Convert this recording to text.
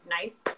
nice